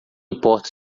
importo